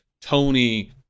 Tony